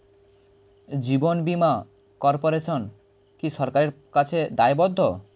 জীবন বীমা কর্পোরেশন কি সরকারের কাছে দায়বদ্ধ?